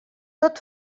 tot